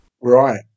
Right